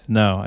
no